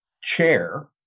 chair